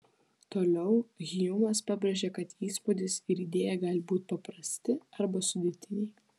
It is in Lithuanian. toliau hjumas pabrėžia kad įspūdis ir idėja gali būti paprasti arba sudėtiniai